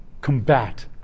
combat